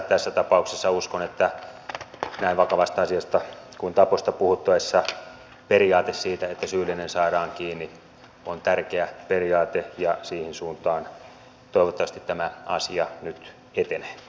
tässä tapauksessa uskon että näin vakavasta asiasta kuin taposta puhuttaessa periaate siitä että syyllinen saadaan kiinni on tärkeä periaate ja siihen suuntaan toivottavasti tämä asia nyt etenee